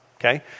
okay